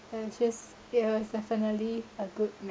that was just it was definitely a good memory